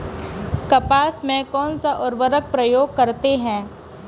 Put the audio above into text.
कपास में कौनसा उर्वरक प्रयोग करते हैं?